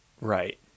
Right